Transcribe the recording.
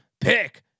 Pick